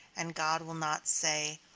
and god will not say,